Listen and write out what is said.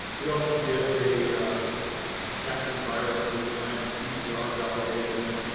we also did a sacbrood virus real time pcr validation.